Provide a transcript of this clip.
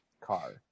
car